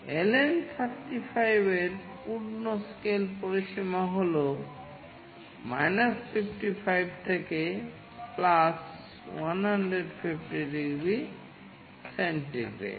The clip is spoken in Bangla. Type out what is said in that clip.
LM35 এর পূর্ণ স্কেল পরিসীমা হল 55 থেকে 150 ডিগ্রি সেন্টিগ্রেড